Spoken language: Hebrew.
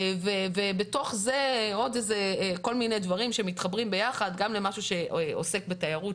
ובתוך זה עוד כל מיני דברים שמתחברים ביחד גם למשהו שעוסק בתיירות,